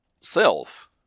self